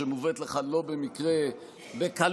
שמובאת לכאן לא במקרה בקלות,